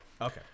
Okay